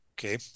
Okay